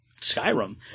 Skyrim